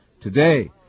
today